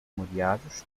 molhados